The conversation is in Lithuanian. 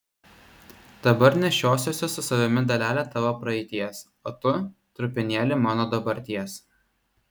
dabar nešiosiuosi su savimi dalelę tavo praeities o tu trupinėlį mano dabarties